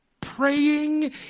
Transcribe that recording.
praying